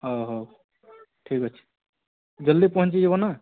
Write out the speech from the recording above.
ହଉ ହଉ ଠିକ୍ ଅଛି ଜଲଦି ପହଞ୍ଚିଯିବ ନା